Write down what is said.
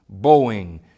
Boeing